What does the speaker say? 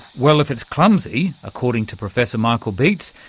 well, if it's clumsy, according to professor michael beetz,